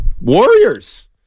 Warriors